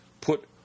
put